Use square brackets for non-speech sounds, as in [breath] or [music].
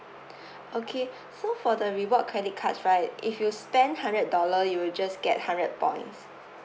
[breath] okay so for the reward credit cards right if you spend hundred dollar you will just get hundred points